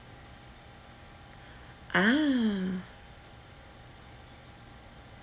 ah